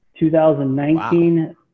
2019